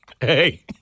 Hey